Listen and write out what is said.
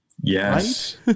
Yes